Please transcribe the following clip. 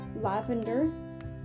lavender